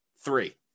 three